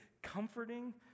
Comforting